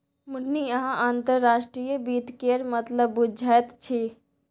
मुन्नी अहाँ अंतर्राष्ट्रीय वित्त केर मतलब बुझैत छी